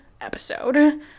episode